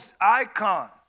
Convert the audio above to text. icon